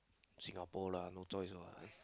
Singapore lah no choice [what]